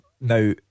Now